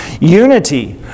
Unity